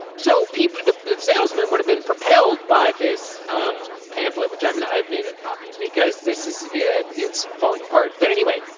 so people the the salesmen would have been propelled by this um pamphlet which i mean i've made a copy because this is it's falling apart but anyway.